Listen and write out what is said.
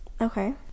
Okay